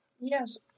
Yes